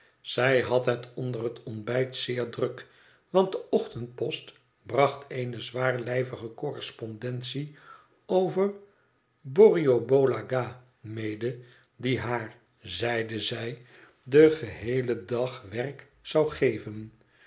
zij had het onder het ontbijt zeer druk want de ochtendpost bracht eene zwaarlijvige correspondentie over borrioboola gha mede die haar zeide zij den geheelen dag werk zou geven